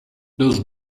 those